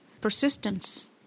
Persistence